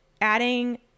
Adding